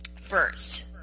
first